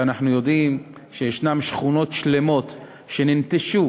ואנחנו יודעים ששכונות שלמות ננטשו